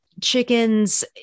chickens